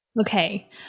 Okay